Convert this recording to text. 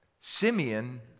Simeon